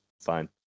fine